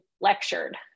lectured